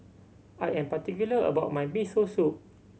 I am particular about my Miso Soup